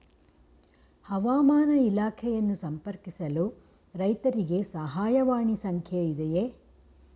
ಹವಾಮಾನ ಇಲಾಖೆಯನ್ನು ಸಂಪರ್ಕಿಸಲು ರೈತರಿಗೆ ಸಹಾಯವಾಣಿ ಸಂಖ್ಯೆ ಇದೆಯೇ?